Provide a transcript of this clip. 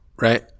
right